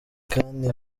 kandi